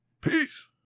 Peace